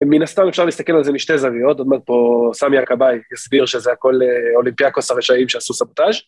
מן הסתם אפשר להסתכל על זה משתי זויות, זאת אומרת פה סמי הכבאי יסביר שזה הכל אולימפיאקוס הרשעים שעשו סבוטאז'